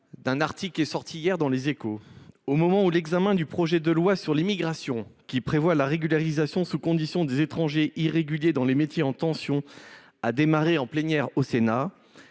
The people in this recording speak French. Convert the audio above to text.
d’un article paru hier dans :« Au moment où l’examen du projet de loi sur l’immigration, qui prévoit la régularisation sous conditions des étrangers irréguliers dans les métiers en tension, a démarré en plénière au Sénat,